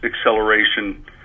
acceleration